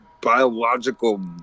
biological